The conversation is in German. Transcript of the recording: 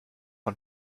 man